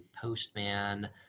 Postman